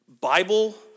Bible